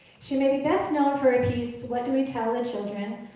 she may be best known for a piece, what do we tell the children?